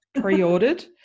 pre-ordered